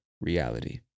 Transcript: reality